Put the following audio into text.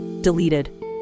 deleted